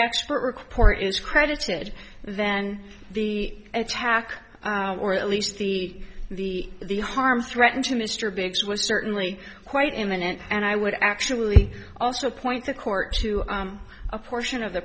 expert recorder is credited then the attack or at least the the the harm threatened to mr biggs was certainly quite imminent and i would actually also point the court to a portion of the